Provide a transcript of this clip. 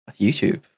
YouTube